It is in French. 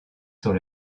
sur